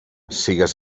sigues